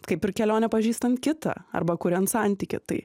kaip ir kelionė pažįstant kitą arba kuriant santykį tai